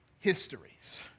histories